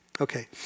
Okay